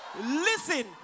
Listen